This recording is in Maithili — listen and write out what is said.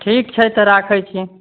ठीक छै तऽ राखै छी